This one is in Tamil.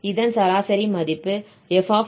இதன் சராசரி மதிப்பு f π மற்றும் f π ஆகும்